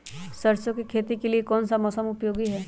सरसो की खेती के लिए कौन सा मौसम उपयोगी है?